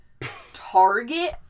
Target